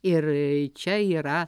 ir čia yra